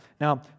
Now